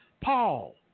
Paul